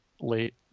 late